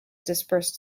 dispersed